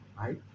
right